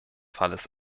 falles